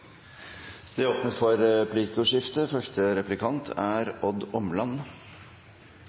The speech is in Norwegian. Det åpnes for replikkordskifte. Det er